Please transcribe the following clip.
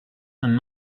than